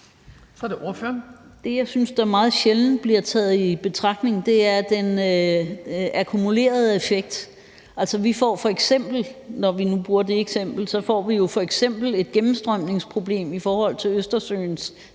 Det, jeg synes der meget sjældent bliver taget i betragtning, er den akkumulerede effekt. Altså, vi får f.eks., når vi nu bruger det eksempel, et gennemstrømningsproblem i forhold til Østersøens